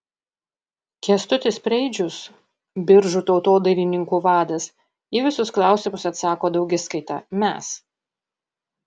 kęstutis preidžius biržų tautodailininkų vadas į visus klausimus atsako daugiskaita mes